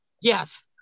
Yes